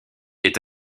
est